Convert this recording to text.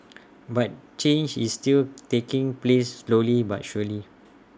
but change is still taking place slowly but surely